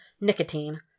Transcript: nicotine